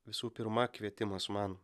visų pirma kvietimas man